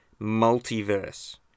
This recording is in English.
Multiverse